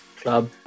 club